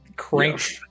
Crank